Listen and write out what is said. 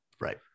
Right